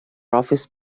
office